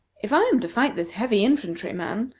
if i am to fight this heavy infantry man,